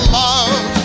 love